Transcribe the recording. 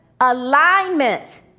Alignment